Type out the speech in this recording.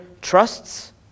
trusts